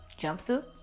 jumpsuit